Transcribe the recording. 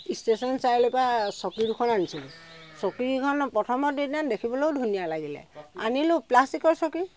station চাৰিআলিৰ পৰা চকী দুখন আনিছিলোঁ চকীকেইখন প্ৰথমৰ দিনা দেখিবলৈও ধুনীয়া লাগিলে আনিলোঁ প্লাষ্টিকৰ চকী